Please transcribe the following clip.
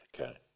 okay